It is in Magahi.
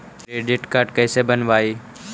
क्रेडिट कार्ड कैसे बनवाई?